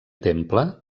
temple